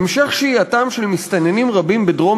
המשך שהייתם של מסתננים רבים בדרום